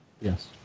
Yes